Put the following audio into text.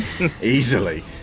easily